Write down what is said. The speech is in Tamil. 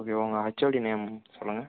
ஓகே உங்கள் ஹெச்சோடி நேம் சொல்லுங்கள்